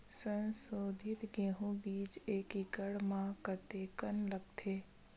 संसोधित गेहूं बीज एक एकड़ म कतेकन लगथे?